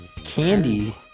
candy